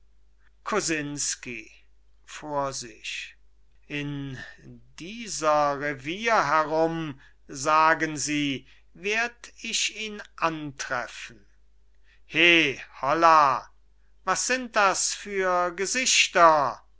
kosinsky vor sich in dieser revier herum sagen sie werd ich ihn antreffen he holla was sind das für gesichter